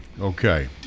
Okay